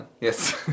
Yes